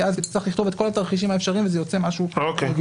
כי אז צריך לכתוב את כל התרחישים האפשריים וזה יוצא משהו לא הגיוני.